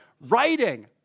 Writing